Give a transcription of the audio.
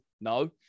no